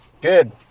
Good